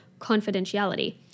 confidentiality